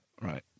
right